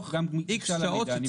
גם גישה למידע.